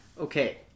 okay